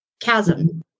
chasm